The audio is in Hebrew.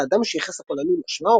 לאדם שייחס לפולנים אשמה,